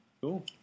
Cool